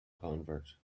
convert